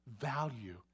value